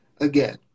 again